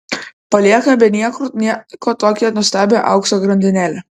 palieka be niekur nieko tokią nuostabią aukso grandinėlę